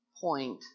point